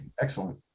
Excellent